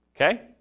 Okay